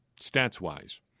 stats-wise